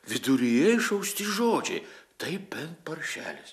viduryje išausti žodžiai tai bent paršelis